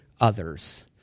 others